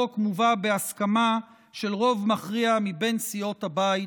החוק מובא בהסכמה של רוב מכריע מבין סיעות הבית,